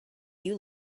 you